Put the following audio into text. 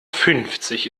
fünfzig